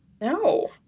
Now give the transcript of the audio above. No